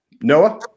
Noah